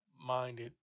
minded